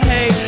Hey